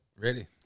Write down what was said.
ready